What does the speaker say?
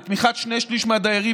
בתמיכת שני שלישים מהדיירים,